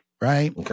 Right